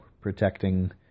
protecting